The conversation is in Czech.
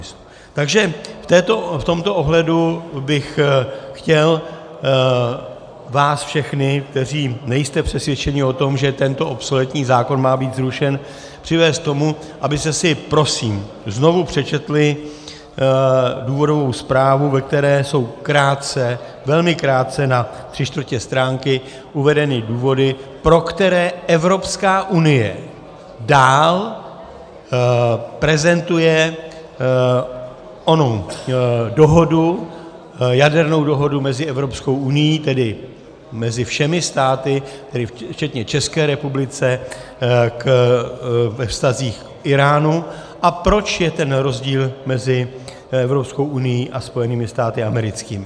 Takže v tomto ohledu bych chtěl vás všechny, kteří nejste přesvědčeni o tom, že tento obsolentní zákon má být zrušen, přivést k tomu, abyste si prosím znovu přečetli důvodovou zprávu, ve které jsou krátce, velmi krátce, na tři čtvrtě stránky, uvedeny důvody, pro které Evropská unie dál prezentuje onu dohodu, jadernou dohodu mezi Evropskou unií, tedy mezi všemi státy, včetně České republiky, ve vztazích k Íránu a proč je ten rozdíl mezi Evropskou unií a Spojenými státy americkými.